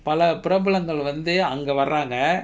பல பிரபலங்கள் வந்து அங்க வராங்க:pala pirabalangal vanthu anga varaanga